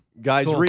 guys